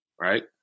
right